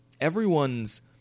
everyone's